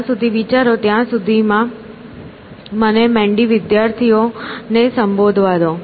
જ્યાં સુધી વિચારો ત્યાં સુધીમાં મને મેન્ડી વિદ્યાર્થીઓ ને સંબોધવા દો